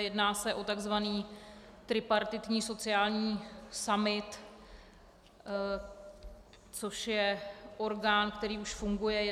Jedná se o takzvaný Tripartitní sociální summit, což je orgán, který už funguje.